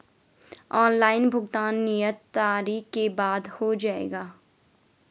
Online भुगतान नियत तारीख के बाद हो जाएगा?